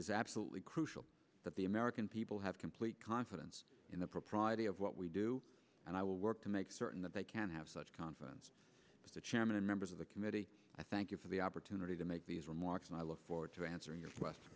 is absolutely crucial that the american people have complete confidence in the propriety of what we do and i will work to make certain that they can have such confidence to the chairman and members of the committee i thank you for the opportunity to make these remarks and i look forward to answering your